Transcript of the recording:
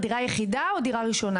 דירה יחידה או דירה ראשונה?